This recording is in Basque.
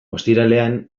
ostiralean